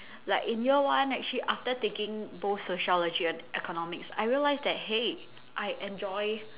like in year one actually after taking both sociology and economics I realise that !hey! I enjoy